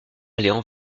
allaient